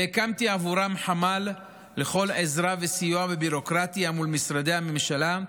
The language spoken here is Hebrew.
והקמתי עבורם חמ"ל לכל עזרה וסיוע בביורוקרטיה מול משרדי הממשלה,